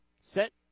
Set